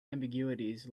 ambiguities